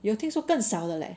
有听说更少的 leh